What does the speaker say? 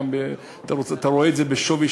אתה רואה את זה בשווי,